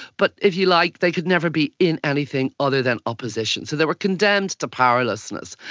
but, if you like, they could never be in anything other than opposition, so they were condemned to powerlessness.